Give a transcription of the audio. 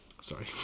sorry